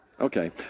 Okay